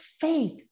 faith